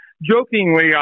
Jokingly